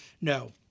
No